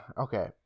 Okay